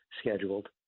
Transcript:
scheduled